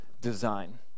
design